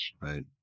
Right